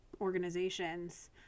organizations